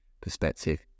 perspective